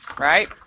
Right